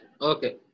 Okay